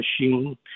machine